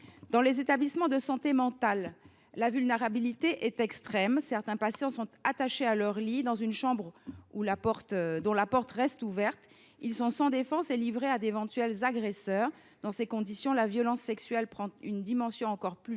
Dans les établissements de santé mentale, la vulnérabilité est extrême. Certains patients sont attachés à leur lit dans une chambre dont la porte reste ouverte ; ils sont sans défense, livrés à d’éventuels agresseurs. Dans ces conditions, la violence sexuelle prend une dimension encore plus